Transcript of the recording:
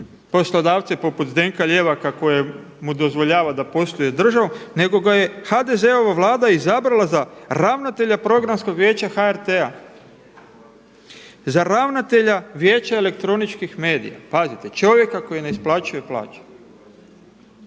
poslodavce poput Zdenka Ljevaka kojemu dozvoljava da posluje državom nego ga je HDZ-ova Vlada izabrala za ravnatelja programskog vijeća HRT-a. Za ravnatelja Vijeća elektroničkih medija, pazite čovjeka koji ne isplaćuje plaću.